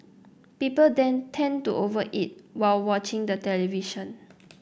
people then tend to over eat while watching the television